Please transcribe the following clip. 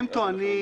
הם טוענים,